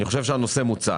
אני חושב שהנושא מוצה,